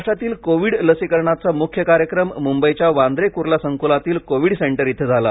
महाराष्ट्रातील कोविड लसीकरणाचा मुख्य कार्यक्रम मुंबईच्या वांद्रे कुर्ला संकुलातील कोविड सेंटर इथं झाला